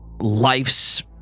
life's